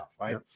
right